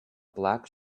black